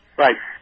right